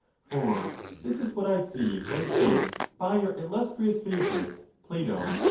for this is what i see was done by your illustrious favourite plato,